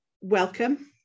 welcome